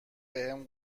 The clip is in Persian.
بهم